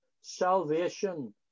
salvation